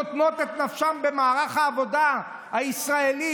נותנות את נפשן במערך העבודה הישראלי,